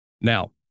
Now